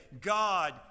God